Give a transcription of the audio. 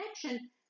connection